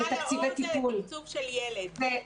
סל לאור זה לתקצוב של ילד.